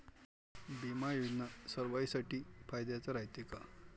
बिमा योजना सर्वाईसाठी फायद्याचं रायते का?